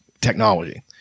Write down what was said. technology